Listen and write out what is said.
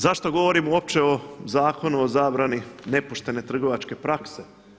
Zašto govorimo uopće o Zakonu o zabrani nepoštene trgovačke prakse?